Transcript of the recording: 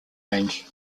range